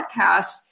podcast